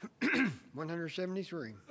173